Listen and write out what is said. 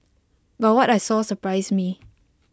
but what I saw surprised me